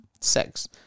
sex